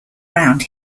round